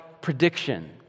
prediction